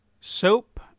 Soap